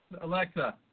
Alexa